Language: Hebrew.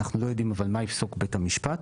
אבל אנחנו לא יודעים מה יפסוק בית המשפט.